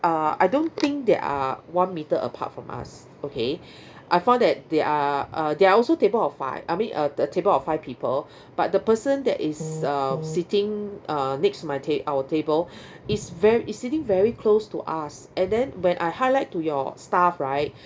uh I don't think they are one meter apart from us okay I found that they are uh they are also table of five I mean a a table of five people but the person that is uh sitting uh next to my ta~ our table is very is sitting very close to us and then when I highlight to your staff right